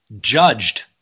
judged